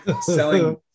selling